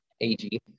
AG